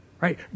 right